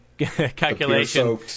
calculation